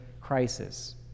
crisis